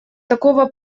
такого